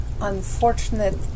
unfortunate